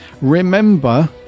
remember